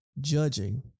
judging